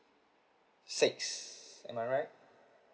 six am I right